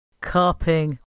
carping